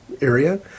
area